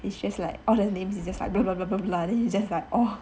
it's just like all the names you just like blah blah blah blah blah then you just like oh